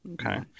Okay